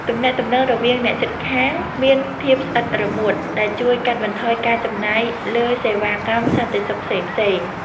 ទំនាក់ទំនងរវាងអ្នកជិតខាងមានភាពស្អិតរមួតដែលជួយកាត់បន្ថយការចំណាយលើសេវាកម្មសន្តិសុខផ្សេងៗ។